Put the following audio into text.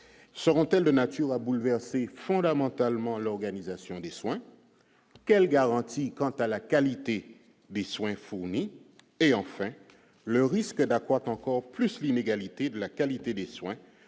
seront-elles de nature à bouleverser fondamentalement l'organisation des soins, quelles garanties quant à la qualité des soins fournis et enfin le risque d'accroître encore plus l'inégalité de la qualité des soins,